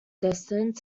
destined